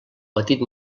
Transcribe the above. petit